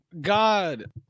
God